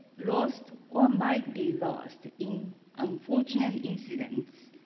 lost or might be lost in unfortunate incidents.